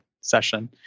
session